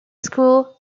schools